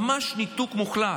ממש ניתוק מוחלט.